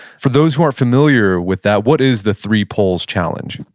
for those who aren't familiar with that, what is the three poles challenge?